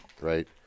right